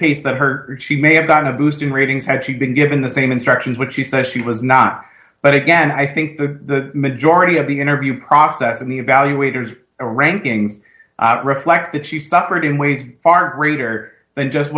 case that her she may have gotten a boost in ratings had she been given the same instructions which she says she was not but again i think the majority of the interview process in the evaluators a rankings reflect that she suffered in ways far greater than just